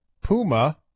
Puma